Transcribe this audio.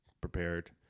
prepared